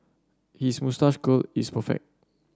his moustache curl is perfect